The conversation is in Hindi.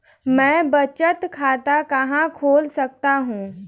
मैं बचत खाता कहाँ खोल सकता हूँ?